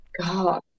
God